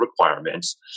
requirements